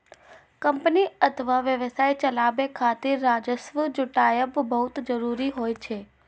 company अथवा व्यवसाय चलाबै खातिर राजस्व जुटायब बहुत जरूरी होइ छै